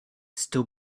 still